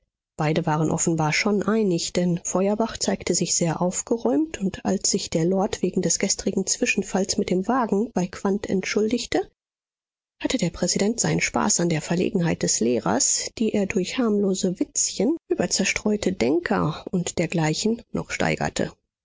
beide waren offenbar schon einig denn feuerbach zeigte sich sehr aufgeräumt und als sich der lord wegen des gestrigen zwischenfalls mit dem wagen bei quandt entschuldigte hatte der präsident seinen spaß an der verlegenheit des lehrers die er durch harmlose witzchen über zerstreute denker und dergleichen noch steigerte